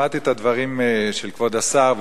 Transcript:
שמעתי את הדברים של כבוד השר,